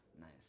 Nice